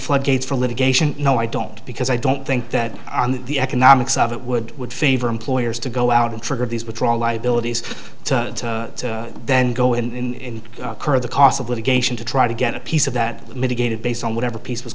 floodgates for litigation no i don't because i don't think that the economics of it would would favor employers to go out and trigger these withdrawal liabilities to then go in the cost of litigation to try to get a piece of that mitigated based on whatever piece was